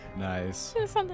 Nice